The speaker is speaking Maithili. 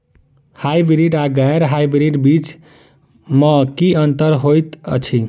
हायब्रिडस आ गैर हायब्रिडस बीज म की अंतर होइ अछि?